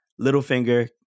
Littlefinger